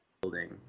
building